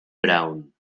brown